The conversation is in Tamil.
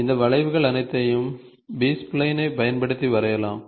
இந்த வளைவுகள் அனைத்தையும் பி ஸ்பைலைன் ஐப் பயன்படுத்தி வரையலாம்